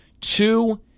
two